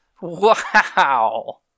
Wow